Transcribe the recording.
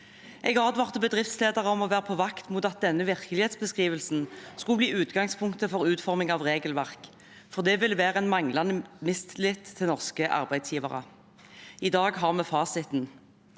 Jeg advarte bedriftsledere om å være på vakt mot at denne «virkelighetsbeskrivelsen» skulle bli utgangspunktet for utforming av regelverk, for det ville være en manglende tillit til norske arbeidsgivere. I dag har vi fasiten.